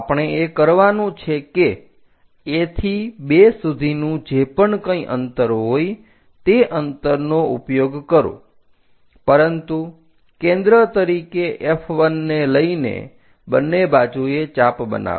આપણે એ કરવાનું છે કે A થી 2 સુધીનું જે પણ કંઈ અંતર હોય તે અંતરનો ઉપયોગ કરો પરંતુ કેન્દ્ર તરીકે F1 ને લઈને બંને બાજુએ ચાપ બનાવો